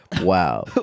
wow